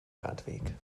radweg